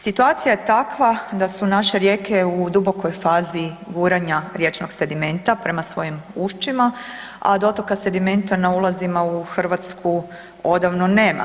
Situacija je takva da su naše rijeke u dubokoj fazi guranja riječnog sedimenta prema svojim ušćima, a dotoka sedimenta na ulazima u Hrvatsku odavno nema.